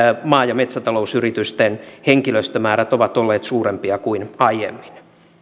maa ja metsätalousyritysten henkilöstömäärät ovat olleet suurempia kuin aiemmin